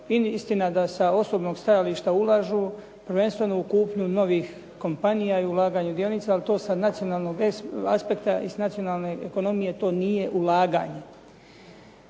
Istina da sa osobnog stajališta ulažu, prvenstveno u kupnju novih kompanija i ulaganja dionica, ali to sa nacionalnog aspekta i s nacionalne ekonomije to nije ulaganje.